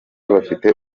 bafite